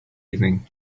evening